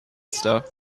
stuff